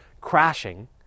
crashing